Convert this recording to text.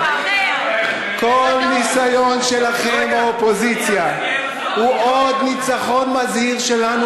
כל ניסיון שלכם באופוזיציה הוא עוד ניצחון מזהיר שלנו,